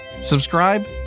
Subscribe